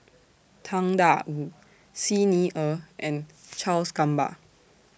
Tang DA Wu Xi Ni Er and Charles Gamba